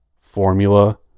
formula